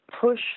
push